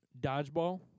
dodgeball